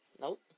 Nope